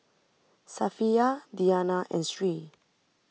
Safiya Diyana and Sri